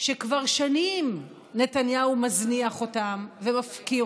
שכבר שנים נתניהו מזניח אותם ומפקיר